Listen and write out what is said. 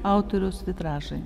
autoriaus vitražai